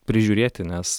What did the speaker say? prižiūrėti nes